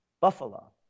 Buffalo